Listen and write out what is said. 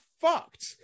fucked